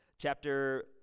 Chapter